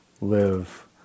live